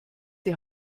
die